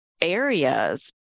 areas